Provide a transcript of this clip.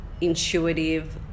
intuitive